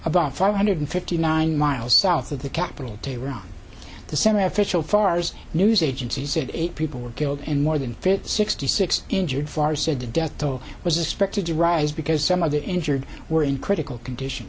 about four hundred fifty nine miles south of the capital tehran the center official fars news agency said eight people were killed and more than sixty six injured far said the death toll was expected to rise because some of the injured were in critical condition